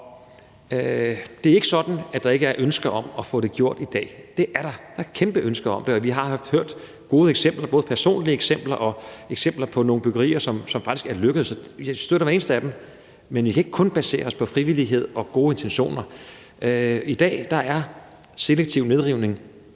Det er ikke sådan, at der i dag ikke er ønske om at få det gjort. Det er der et kæmpe ønske om, og vi har haft hørt gode eksempler i form af både personlige eksempler og eksempler på nogle byggerier, som faktisk er lykkedes. Jeg støtter hver eneste af dem, men vi kan ikke kun basere os på frivillighed og gode intentioner. I dag er selektiv nedrivning